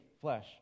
flesh